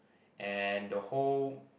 and the whole